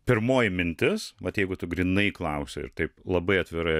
pirmoji mintis vat jeigu tu grynai klausi ir taip labai atvirai